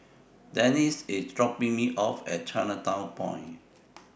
Denice IS dropping Me off At Chinatown Point